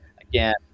again